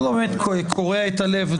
זה קורע את הלב.